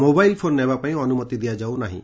mobile phone ନେବାପାଇଁ ଅନୁମତି ଦିଆଯାଉ ନାହିଁ